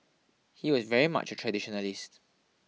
he was very much a traditionalist